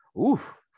oof